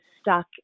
stuck